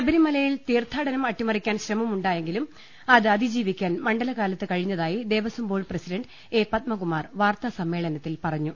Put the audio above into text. ശബരിമലയിൽ തീർത്ഥാടനം അട്ടിമറിക്കാൻ ശ്രമമുണ്ടായെ ങ്കിലും അത് അതിജീവിക്കാൻ മണ്ഡലകാലത്ത് കഴിഞ്ഞതായി ദേവസ്വംബോർഡ് പ്രസിഡണ്ട് എ പത്മകുമാർ വാർത്താസമ്മേള നത്തിൽ പറഞ്ഞു